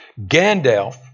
Gandalf